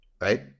Right